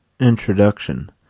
Introduction